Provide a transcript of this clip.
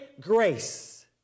grace